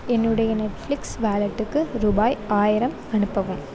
என்னுடைய நெட்ஃப்ளிக்ஸ் வாலெட்டுக்கு ரூபாய் ஆயிரம் அனுப்பவும்